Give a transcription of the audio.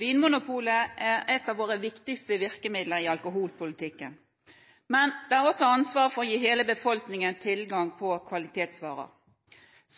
Vinmonopolet er et av våre viktigste virkemidler i alkoholpolitikken. Men det har også ansvar for å gi hele befolkningen tilgang på kvalitetsvarer.